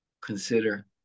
consider